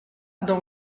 dans